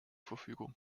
verfügung